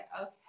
okay